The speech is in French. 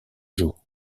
jour